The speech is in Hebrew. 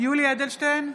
יולי יואל אדלשטיין,